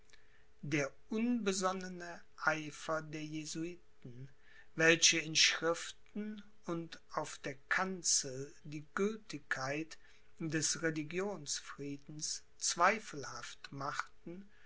der unbesonnene eifer der jesuiten welche in schriften und auf der kanzel die gültigkeit des religionsfriedens zweifelhaft machten